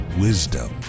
wisdom